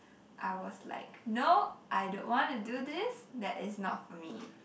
I was like nope I don't want to do this that is not for me